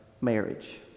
marriage